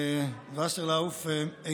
וסרלאוף.